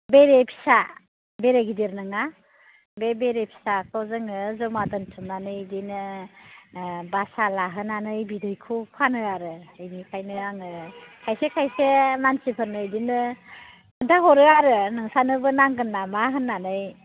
बेरे फिसा बेरे गिदिर नङा बे बेरे फिसाखौ जोङो जमा दोनथुमनानै बिदिनो बासा लाहोनानै बिदैखौ फानो आरो बेनिखायनो आङो खायसे खायसे मानसिफोरनो बिदिनो खिनथाहरो आरो नोंसोरनोबो नांगोन नामा होननानै